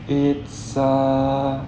it's err